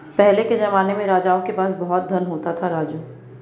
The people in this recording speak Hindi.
पहले के जमाने में राजाओं के पास बहुत धन होता था, राजू